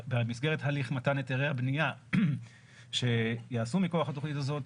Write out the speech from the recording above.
הליך מתן היתרי הבנייה שיעשו מכוח התוכנית הזאת,